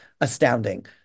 astounding